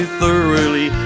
thoroughly